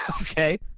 okay